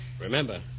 Remember